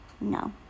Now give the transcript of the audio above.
No